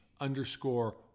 underscore